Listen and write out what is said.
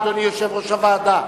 אדוני יושב-ראש הוועדה,